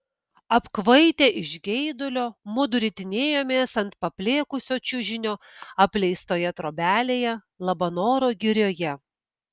apkvaitę iš geidulio mudu ritinėjomės ant paplėkusio čiužinio apleistoje trobelėje labanoro girioje